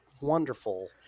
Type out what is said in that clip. wonderful